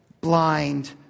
blind